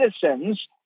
citizens